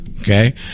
Okay